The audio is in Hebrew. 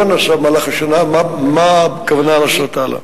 נעשה במהלך השנה ומה הכוונה לעשות הלאה.